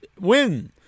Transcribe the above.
win